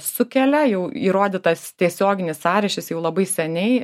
sukelia jau įrodytas tiesioginis sąryšis jau labai seniai